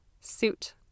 suit